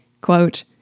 Quote